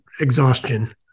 exhaustion